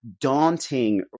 daunting